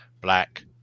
black